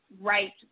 right